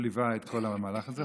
הוא ליווה את כל המהלך הזה,